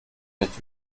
nicht